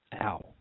Ow